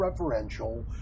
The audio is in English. referential